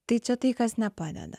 tai čia tai kas nepadeda